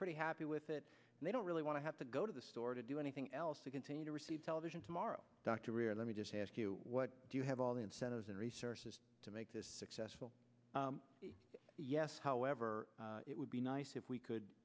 pretty happy with it and they don't really want to have to go to the store to do anything else to continue to receive television tomorrow dr greer let me just ask you what do you have all the incentives and resources to make this successful yes however it would be nice if we could